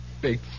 big